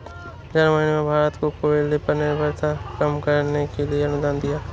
Germany ने भारत को कोयले पर निर्भरता कम करने के लिए अनुदान दिया